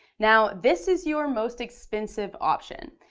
now this is your most expensive option.